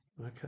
Okay